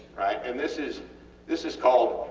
and this is this is called